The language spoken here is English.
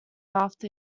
after